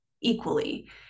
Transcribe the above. equally